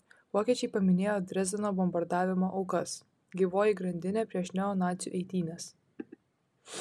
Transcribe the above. vokiečiai paminėjo dresdeno bombardavimo aukas gyvoji grandinė prieš neonacių eitynes